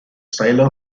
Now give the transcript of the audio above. silo